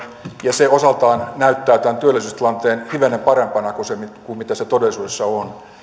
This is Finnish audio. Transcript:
ja se osaltaan näyttää tämän työllisyystilanteen hivenen parempana kuin mitä se todellisuudessa on